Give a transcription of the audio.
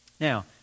Now